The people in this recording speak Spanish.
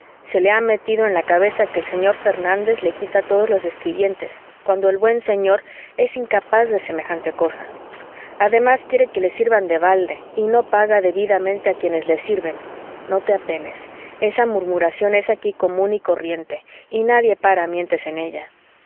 se le ha metido en la cabeza que el señor fernández le quita todos los escribientes cuando el buen señor es incapaz de semejante cosa además quieren que le sirvan de balde y no paga debidamente a quienes le sirven no te apenes esa murmuración es aquí común y corriente y nadie para mientes en ella